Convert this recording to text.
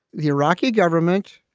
the iraqi government,